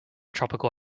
tropical